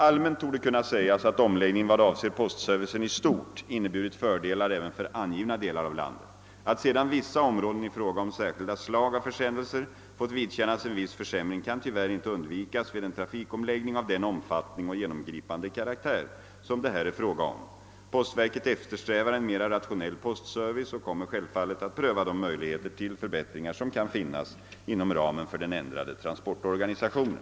Allmänt torde kunna sägas att omläggningen vad avser postservicen i stort inneburit fördelar även för angivna delar av landet. Att sedan vissa områden i fråga om särskilda slag av försändelser fått vidkännas en viss försämring kan tyvärr inte undvikas vid en trafikomläggning av den omfattning och genomgripande karaktär som det här är fråga om. Postverket eftersträvar en mera rationell postservice och kommer självfallet att pröva de möjligheter till förbättringar som kan finnas inom ramen för den ändrade transportorganisationen.